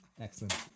Excellent